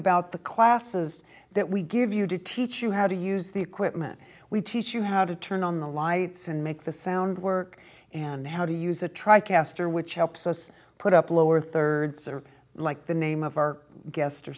about the classes that we give you to teach you how to use the equipment we teach you how to turn on the lights and make the sound work and how to use a tri caster which helps us put up a lower rd circuit like the name of our guest or